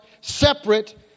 separate